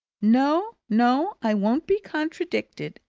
no, no, i won't be contradicted,